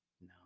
No